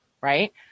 Right